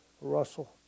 Russell